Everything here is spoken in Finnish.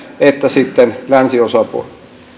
että sitten länsiosapuolen